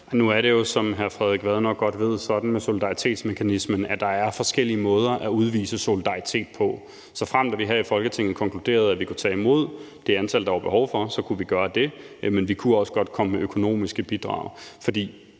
Nu er det jo, som hr. Frederik Vad nok godt ved, sådan med solidaritetsmekanismen, at der er forskellige måder at udvise solidaritet på. Såfremt vi her i Folketinget konkluderede, at vi kunne tage imod det antal, der var behov for, kunne vi gøre det, men vi kunne også godt komme med økonomiske bidrag.